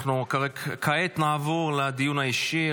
כעת נעבור לדיון הסיעתי.